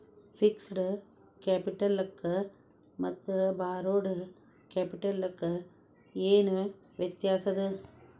Fixed ಕ್ಯಾಪಿಟಲಕ್ಕ ಮತ್ತ borrowed ಕ್ಯಾಪಿಟಲಕ್ಕ ಏನ್ ವ್ಯತ್ಯಾಸದ?